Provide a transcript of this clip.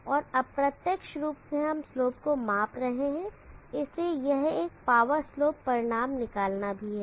और अप्रत्यक्ष रूप से हम स्लोप को माप रहे हैं इसलिए यह एक पावर स्लोप परिणाम निकालना भी है